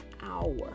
hour